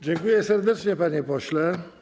Dziękuję serdecznie, panie pośle.